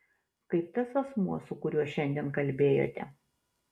kaip tas asmuo su kuriuo šiandien kalbėjote